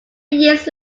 years